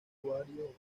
santuario